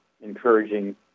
encouraging